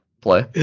play